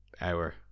hour